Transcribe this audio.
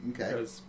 okay